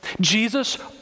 Jesus